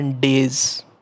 days